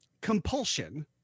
compulsion